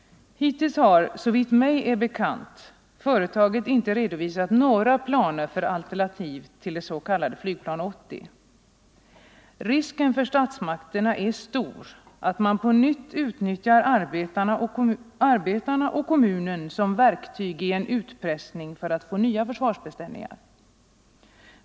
Hittills har, såvitt mig är bekant, företaget inte redovisat några planer för alternativ till det s.k. flygplan 80. Risken för statsmakterna är stor att man på nytt utnyttjar arbetarna och kommunen som verktyg i en utpressning för att få nya försvarsbeställningar.